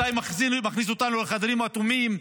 מתי הוא מכניס אותנו לחדרים האטומים,